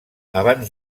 abans